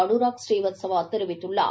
அனுராக் ஸ்ரீவத்சவா தெரிவித்துள்ளார்